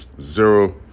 zero